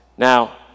Now